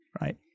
right